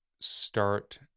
start